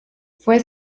fue